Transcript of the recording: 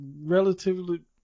relatively